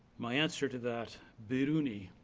my answer to that, biruni.